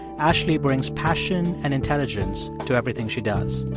ashley brings passion and intelligence to everything she does.